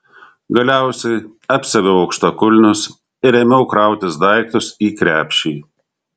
galiausiai apsiaviau aukštakulnius ir ėmiau krautis daiktus į krepšį